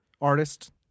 artist